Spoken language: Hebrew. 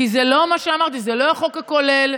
כמו שאמרתי, זה לא החוק הכולל,